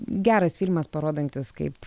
geras filmas parodantis kaip